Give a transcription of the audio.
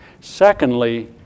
Secondly